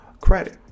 credit